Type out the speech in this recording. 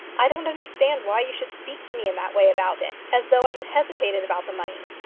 i don't understand why you should speak to me in that way about it, as though i had hesitated about the money.